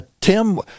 Tim